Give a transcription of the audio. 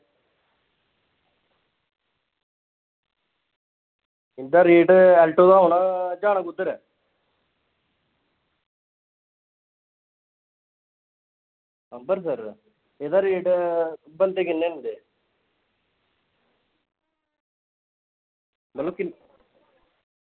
इं'दा rate Alto दा होना जाना कुद्धर ऐ अंबरसर एह्दा रेट बंदे किन्ने न तुं'दे मतलब किन्ने